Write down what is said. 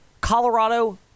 Colorado